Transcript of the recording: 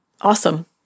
Awesome